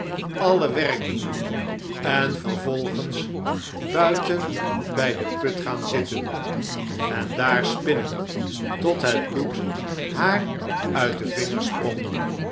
alle werk doen en vervolgens buiten bij den put gaan zitten en daar spinnen tot het bloed haar uit de vingers sprong